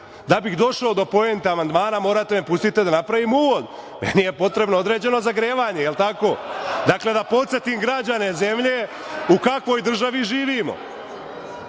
Da bih došao do poente amandmana morate me pustiti da napravim uvod. Meni je potrebno određeno zagrevanje. Dakle, da podsetim građane zemlje u kakvoj državi živimo,